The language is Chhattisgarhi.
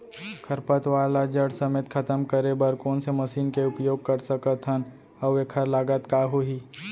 खरपतवार ला जड़ समेत खतम करे बर कोन से मशीन के उपयोग कर सकत हन अऊ एखर लागत का होही?